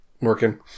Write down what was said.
working